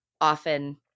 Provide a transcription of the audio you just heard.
often